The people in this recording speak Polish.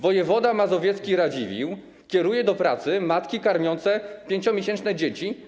Wojewoda mazowiecki Radziwiłł kieruje do pracy matki karmiące 5-miesięczne dzieci.